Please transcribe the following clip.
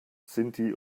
sinti